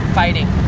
fighting